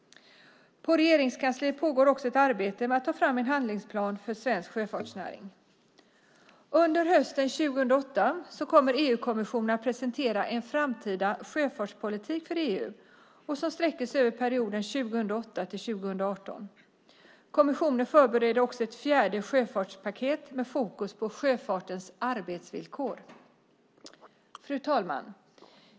I Regeringskansliet pågår också ett arbete med att ta fram ett handlingsprogram för svensk sjöfartsnäring. Under hösten 2008 kommer EU-kommissionen att presentera en framtida sjöfartspolitik för EU som sträcker sig över perioden 2008-2018. Kommissionen förbereder också ett fjärde sjösäkerhetspaket med fokus på sjöfartens arbetsvillkor. Fru talman!